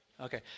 Okay